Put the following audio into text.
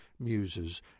Muses